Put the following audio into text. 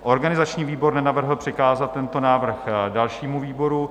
Organizační výbor nenavrhl přikázat tento návrh dalšímu výboru.